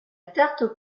tarte